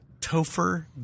Topher